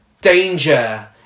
danger